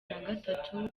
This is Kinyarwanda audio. nagatatu